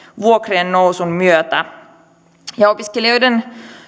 vuokrien nousun myötä opiskelijoiden